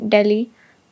Delhi